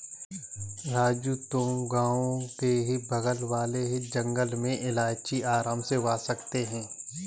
राजू तुम गांव के बगल वाले जंगल में इलायची आराम से उगा सकते हो